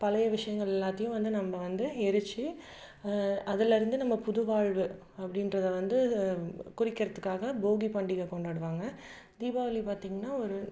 பழைய விஷயங்கள் எல்லாத்தையும் வந்து நம்ம வந்து எரிச்சு அதுலருந்து நம்ம புதுவாழ்வு அப்படின்றத வந்து குறிக்கறதுக்காக போகி பண்டிகை கொண்டாடுவாங்க தீபாவளி பார்த்திங்கன்னா ஒரு